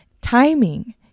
Timing